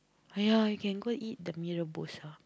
ah ya you can go eat the mee-rebus ah